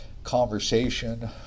conversation